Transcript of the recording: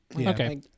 Okay